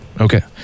Okay